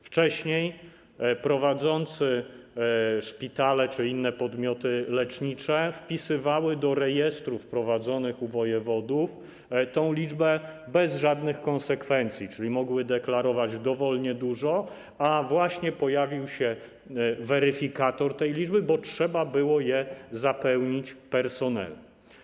Wcześniej prowadzący szpitale czy inne podmioty lecznicze wpisywali do rejestrów prowadzonych u wojewodów tę liczbę bez żadnych konsekwencji, czyli mogli deklarować dowolnie dużo, a właśnie pojawił się weryfikator tej liczby, bo trzeba było to zapełnić personelem.